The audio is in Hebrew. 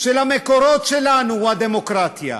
של המקורות שלנו הוא הדמוקרטיה,